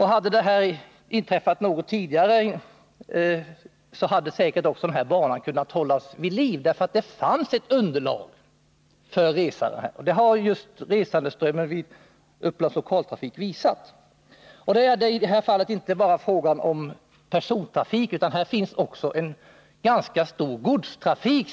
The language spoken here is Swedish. Hade detta inträffat något tidigare, hade säkert också den här banan kunnat hållas vid liv. Här finns nämligen ett underlag för trafiken, och det har just resandeströmmen vid Upplands Lokaltrafik visat. I det här fallet är det inte bara fråga om persontrafik, utan här finns också en ganska stor godstrafik.